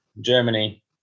Germany